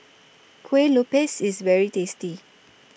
Kuih Lopes IS very tasty